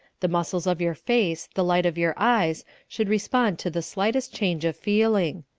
the muscles of your face, the light of your eyes, should respond to the slightest change of feeling.